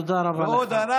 תודה רבה לך.